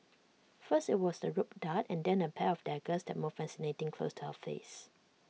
first IT was the rope dart and then A pair of daggers that moved fascinatingly close to her face